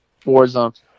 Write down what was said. Warzone